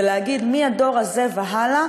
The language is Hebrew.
להגיד: מהדור הזה והלאה,